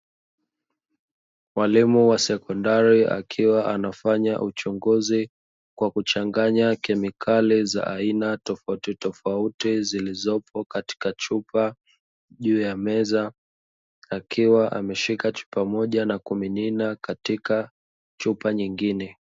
Mwalimu wa sekondari akiwa anafanya uchunguzi kwa kuchanganya kemikali za aina tofautitofauti zilizopo katika chupa juu ya meza, akiwa ameshika chupa moja na kumimina katika chupa nyengine